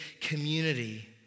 community